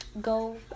go